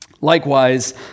Likewise